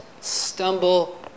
stumble